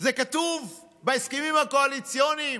זה כתוב בהסכמים הקואליציוניים,